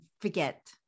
forget